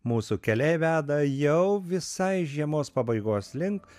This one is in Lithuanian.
mūsų keliai veda jau visai žiemos pabaigos link